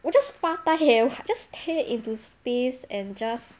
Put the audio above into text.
我 just 发呆 eh 我 just stare into space and just